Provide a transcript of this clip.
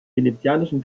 venezianischen